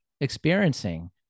experiencing